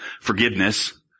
forgiveness